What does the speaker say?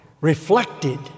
reflected